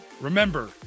remember